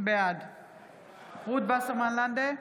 בעד רות וסרמן לנדה,